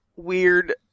weird